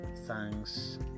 Thanks